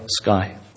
sky